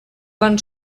van